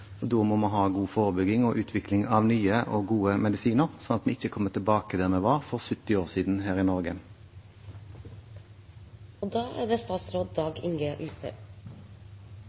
Norge. Da må vi ha god forebygging og utvikling av nye og gode medisiner, sånn at vi her i Norge ikke kommer tilbake der vi var for 70 år siden. Jeg tror jeg vil si det slik at hvis en utviklingsminister ikke engasjerte seg i